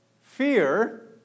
Fear